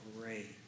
great